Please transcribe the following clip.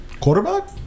Quarterback